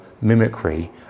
mimicry